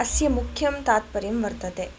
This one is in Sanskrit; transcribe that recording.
अस्य मुख्यं तात्पर्यं वर्तते